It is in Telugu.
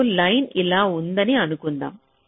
ఇప్పుడు లైన్ ఇలా ఉందని అనుకుందాం